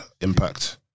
Impact